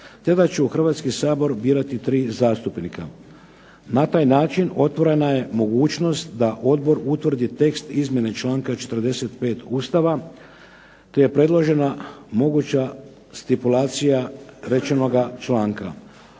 te da će u Hrvatski sabor birati tri zastupnika. Na taj način otvorena je mogućnost da odbor utvrdi tekst izmjene članka 45. Ustava te je predložena moguća stipulacija rečenoga članka.